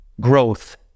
growth